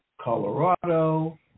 colorado